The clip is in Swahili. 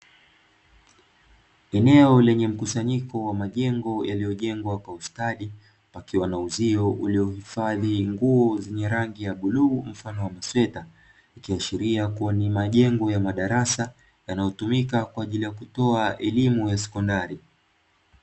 Eneo lenye mkusanyiko wa majengo yaliyojengwa kwa ustadi, pakiwa na uzio ulohifadhi nguo za rangi ya bluu mfano wa masweta, ikiashiria kuwa ni majengo ya adarasa yanayotumika kutoka elimu ya sekondari.